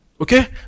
Okay